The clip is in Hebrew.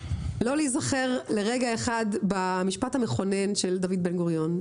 לא להיזכר לרגע אחד במשפט המכונן של דוד בן גוריון,